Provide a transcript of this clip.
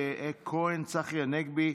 חיים כץ, אלי כהן, צחי הנגבי,